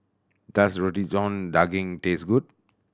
does Roti John Daging taste good